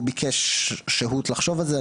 הוא ביקש שהות לחשוב על זה.